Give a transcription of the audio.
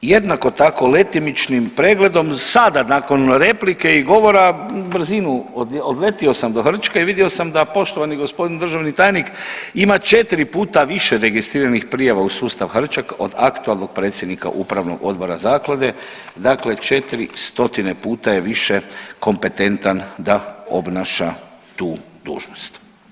Jednako tako letimičnim pregledom sada nakon replike i govora na brzinu odletio sam do Hrčka i vidio sam da poštovani g. državni tajnik ima 4 puta više registriranih prijava u sustav Hrčak od aktualnog predsjednika upravnog odbora zaklade, dakle 4 stotine puta je više kompetentan da obnaša tu dužnost.